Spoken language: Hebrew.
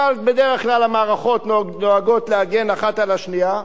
אבל בדרך כלל המערכות נוהגות להגן האחת על השנייה,